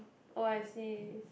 oh I see